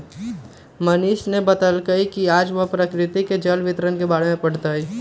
मनीष ने बतल कई कि आज वह प्रकृति में जल वितरण के बारे में पढ़ तय